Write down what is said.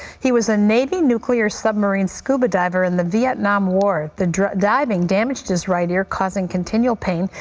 he was a navy nuclear submarine scubadiver in the vietnam war. the diving damaged his right ear, causing continual pain.